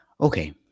Okay